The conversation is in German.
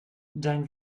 dein